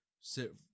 sit